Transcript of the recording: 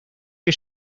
que